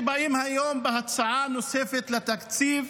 כשבאים היום עם הצעה נוספת לתקציב,